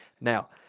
Now